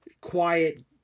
quiet